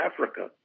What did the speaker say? Africa